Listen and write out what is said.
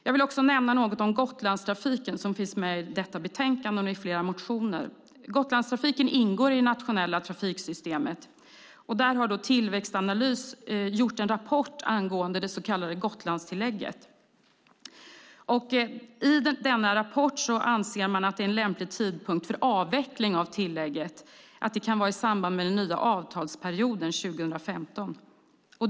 Jag vill också nämna något om Gotlandstrafiken, som finns med i detta betänkande och i flera motioner. Gotlandstrafiken ingår i det nationella trafiksystemet. Tillväxtanalys har gjort en rapport angående det så kallade Gotlandstillägget. I denna rapport anser man att en lämplig tidpunkt för avveckling av tillägget kan vara i samband med den nya avtalsperioden för färjetrafiken 2015.